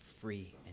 free